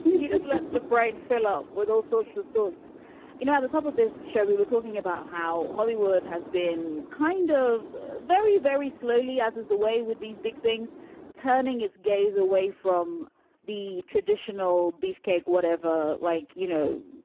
you just let the brain fill up with all sorts of thoughts you know, at the top of this show, we were talking about how hollywood has been kind of very, very slowly, as is the way with these big things turning its gaze away from the traditional beefcake, whatever, like, you know,